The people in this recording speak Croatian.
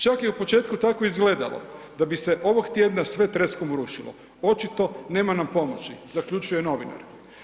Čak je i u početku tako izgledalo da bi se ovog tjedna sve treskom urušilo, očito nema nam pomoći zaključuje novinar.